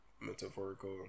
metaphorical